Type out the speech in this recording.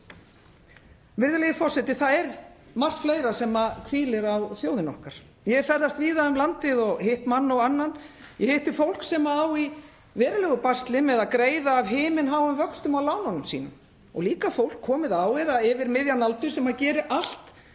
Virðulegi forseti. Það er margt fleira sem hvílir á þjóðinni okkar. Ég hef ferðast víða um landið og hitt mann og annan. Ég hitti fólk sem á í verulegu basli með að greiða af himinháum vöxtum af lánunum sínum. Og líka fólk komið á og yfir miðjan aldur sem gerir allt